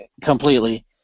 completely